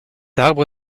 arbre